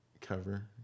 cover